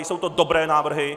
Jsou to dobré návrhy!